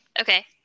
Okay